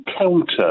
counter